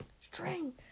string